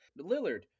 Lillard